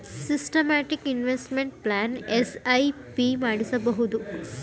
systematic investment plan S I P ಮಾಡಿಸಬಹುದು